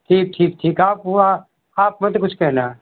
ठीक ठीक ठीक आप वो या आप मत कुछ कहना